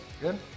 Good